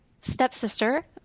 stepsister